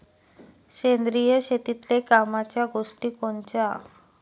सेंद्रिय शेतीतले कामाच्या गोष्टी कोनच्या?